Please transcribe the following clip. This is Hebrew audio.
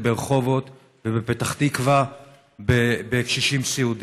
ברחובות ובפתח תקווה בקשישים סיעודיים.